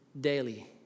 daily